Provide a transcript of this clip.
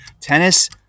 Tennis